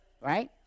right